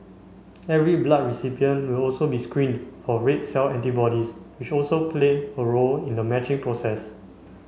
every blood recipient will also be screened for red cell antibodies which also play a role in the matching process